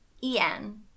E-N